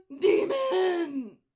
Demon